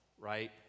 right